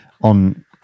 on